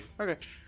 Okay